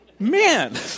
Man